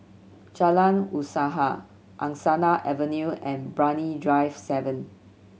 Jalan Usaha Angsana Avenue and Brani Drive Seven